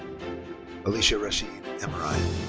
alicia rachelle emerine.